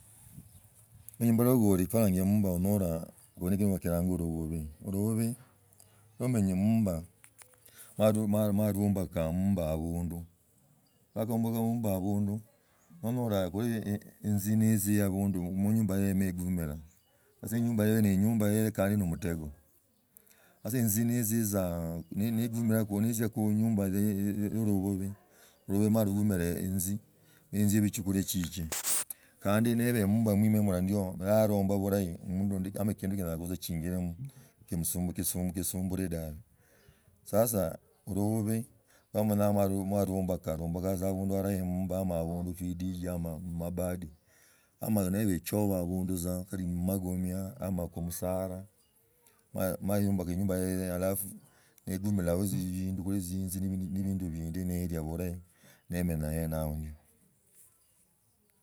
Embulogole kwanye emumba onyula kuli nekindu kilongwa olububi, olububi lumenyi emumba, murahaba kammumba abundu wakabamba kabsmba abundu, mama huja yakulia iinzi nizie abunu munyumba hiyo emala egsmila. Sasa nanziza munyumba ye olububi lububi lumala lubumila inzi me inzi. Ibe chakulia chichie, kandi neba munyumba mumwa ndio mularambaa bulahi kimundu numba chindu chinyala khutza chiinjilamu kisumbsle dabi, sasa lubsbi mwaluumbuka, luombokaa tza abinds arahi nomba abunds khusidijia mumabad ama niba echoba abunds tza, mmagunsa ama khumusara emaia eyomboka enyumba yoyo halafu negumilake bindu guli jinzi niliakho bulahi nemena aene yaho ndio.